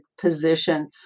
position